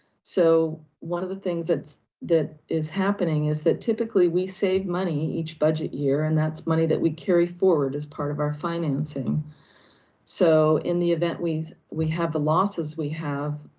so one of the things that is happening is that typically we save money each budget year and that's money that we carry forward as part of our financing so in the event we we have the losses we have,